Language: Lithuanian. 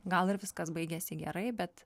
gal ir viskas baigėsi gerai bet